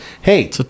hey